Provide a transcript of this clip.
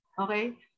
okay